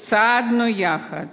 צעדנו יחד